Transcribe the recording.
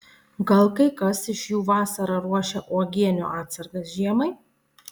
gal kai kas iš jų vasarą ruošia uogienių atsargas žiemai